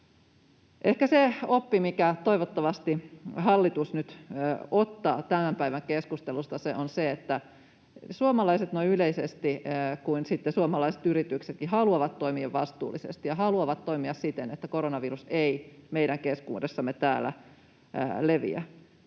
se oppi, minkä toivottavasti hallitus nyt ottaa tämän päivän keskustelusta, on se, että suomalaiset noin yleisesti samoin kuin suomalaiset yritykset haluavat toimia vastuullisesti ja haluavat toimia siten, että koronavirus ei meidän keskuudessamme täällä leviä.